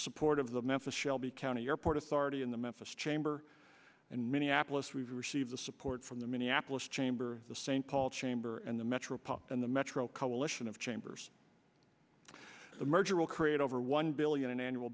support of the memphis shelby county airport authority in the memphis chamber and minneapolis we receive the support from the minneapolis chamber the st paul chamber and the metropolitan the metro coalition of chambers the merger will create over one billion in annual